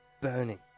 burning